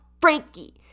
frankie